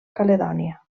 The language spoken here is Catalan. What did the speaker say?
caledònia